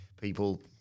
people